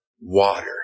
water